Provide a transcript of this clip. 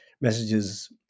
messages